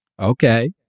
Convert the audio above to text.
Okay